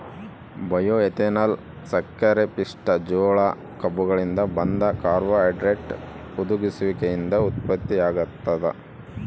bioethanol ಸಕ್ಕರೆಪಿಷ್ಟ ಜೋಳ ಕಬ್ಬುಗಳಿಂದ ಬಂದ ಕಾರ್ಬೋಹೈಡ್ರೇಟ್ ಹುದುಗುಸುವಿಕೆಯಿಂದ ಉತ್ಪತ್ತಿಯಾಗ್ತದ